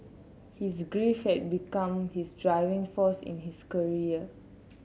his grief had become his driving force in his career